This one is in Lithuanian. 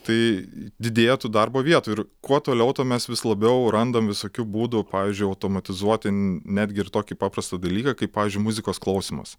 tai didėja tų darbo vietų ir kuo toliau tuo mes vis labiau randam visokių būdų pavyzdžiui automatizuoti netgi ir tokį paprastą dalyką kaip pavyzdžiui muzikos klausymas